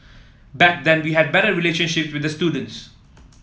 back then we had better relationships with the students